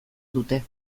dute